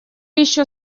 еще